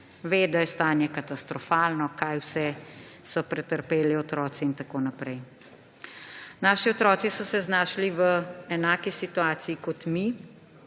Ve, da je stanje katastrofalno, kaj vse so pretrpeli otroci in tako naprej. Naši otroci so se znašli v enaki situaciji kot mi.